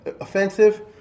offensive